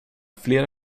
flera